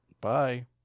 Bye